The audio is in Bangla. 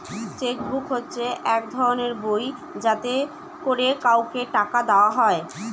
চেক বুক হচ্ছে এক ধরনের বই যাতে করে কাউকে টাকা দেওয়া হয়